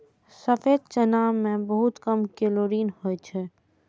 सफेद चना मे बहुत कम कैलोरी होइ छै